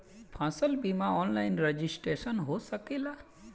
फसल बिमा online registration हो सकेला?